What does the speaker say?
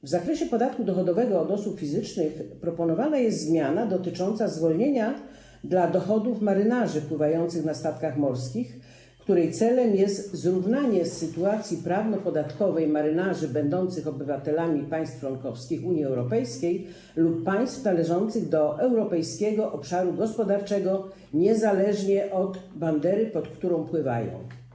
W zakresie podatku dochodowego od osób fizycznych proponowana jest zmiana dotycząca zwolnienia dla dochodów marynarzy pływających na statkach morskich, której celem jest zrównanie sytuacji prawno-podatkowej marynarzy będących obywatelami państw członkowskich Unii Europejskiej lub państw należących do Europejskiego Obszaru Gospodarczego niezależnie od bandery, pod którą pływają.